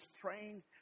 praying